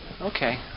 Okay